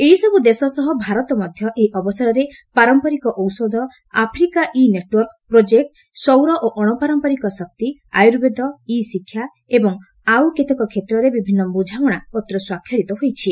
ଏସବୁ ଦେଶ ସହ ଭାରତ ମଧ୍ୟ ଏହି ଅବସରରେ ପାରମ୍ପରିକ ଔଷଧ ଆଫ୍ରିକା ଇ ନେଟ୍ୱାର୍କ ପ୍ରୋଜେକ୍ଟ ସୌର ଓ ଅଣପାରମ୍ପରିକ ଶକ୍ତି ଆୟ୍ଟ୍ରେ'ବେଦ ଇ ଶିକ୍ଷା ଏବଂ ଆଉ କେତେକ କ୍ଷେତ୍ରରେ ବିଭିନ୍ନ ବୁଝାମଣା ପତ୍ର ସ୍ୱାକ୍ଷରିତ ହୋଇଛି